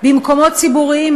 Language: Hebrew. במקומות ציבוריים,